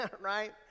right